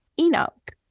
Enoch